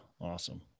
Awesome